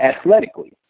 athletically